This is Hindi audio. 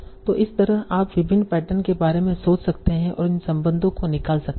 तो इस तरह आप विभिन्न पैटर्न के बारे में सोच सकते हैं और इन संबंधों को निकाल सकते हैं